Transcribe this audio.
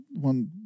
one